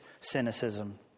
cynicism